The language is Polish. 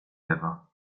ewa